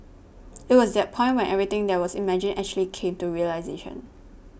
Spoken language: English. it was that point when everything that was imagined actually came to realisation